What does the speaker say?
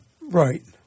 Right